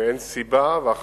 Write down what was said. ואין סיבה שזה יהיה כך.